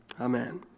Amen